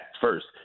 first